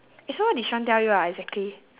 eh so what did sean tell you ah exactly